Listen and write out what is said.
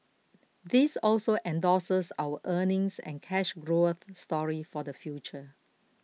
this also endorses our earnings and cash growth story for the future